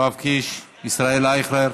יואב קיש, ישראל אייכלר,